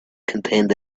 contained